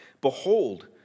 Behold